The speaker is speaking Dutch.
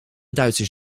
duitsers